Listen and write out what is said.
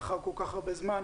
לאחר כל כך הרבה זמן,